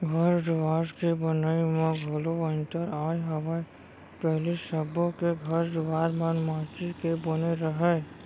घर दुवार के बनई म घलौ अंतर आय हवय पहिली सबो के घर दुवार मन माटी के बने रहय